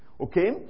Okay